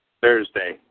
Thursday